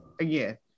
again